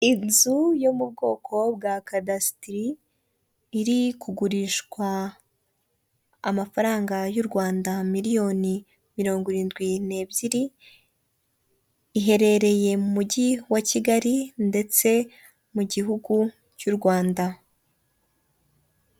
Inzu yo mu bwoko bwa kadasiteri, iri kugurishwa amafaranga y'u Rwanda miliyoni mirongo irindwi n'ebyiri, iherereye mu mujyi wa Kigali ndetse mu gihugu cy'u Rwanda.